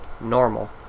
normal